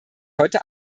heute